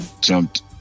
jumped